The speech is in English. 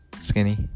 skinny